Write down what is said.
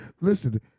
listen